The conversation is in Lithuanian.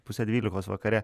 pusę dvylikos vakare